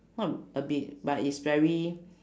not a bit but is very